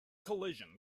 collision